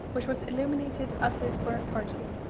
which was illuminated as if for a party.